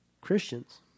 Christians